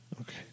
Okay